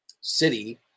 city